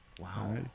wow